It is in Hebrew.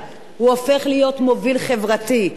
הוא בא להתגייס לצבא, ואז הוא גילה חסם.